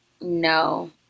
No